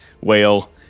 whale